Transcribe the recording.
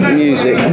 music